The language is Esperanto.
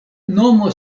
nomo